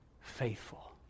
faithful